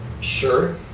Sure